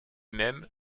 même